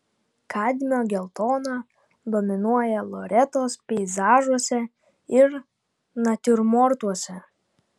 kadmio geltona dominuoja loretos peizažuose ir natiurmortuose